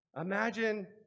Imagine